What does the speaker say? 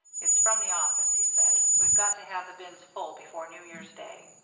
it's from the office, he said. we've got to have the bins full before new year's day.